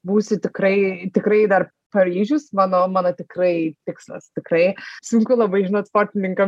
būsiu tikrai tikrai dar paryžius mano mano tikrai tikslas tikrai sunku labai žinot sportininkam